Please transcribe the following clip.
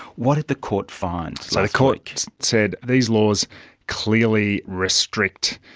what did the court find? so the court said these laws clearly restrict,